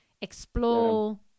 explore